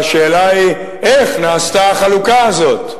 והשאלה היא: איך נעשתה החלוקה הזו?